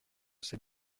sais